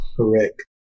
Correct